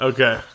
Okay